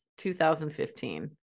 2015